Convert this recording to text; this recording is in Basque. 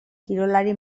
kirolari